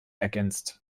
ergänzt